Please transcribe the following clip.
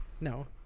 no